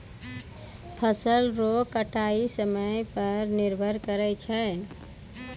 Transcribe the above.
फसल रो कटाय समय पर निर्भर करै छै